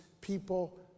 people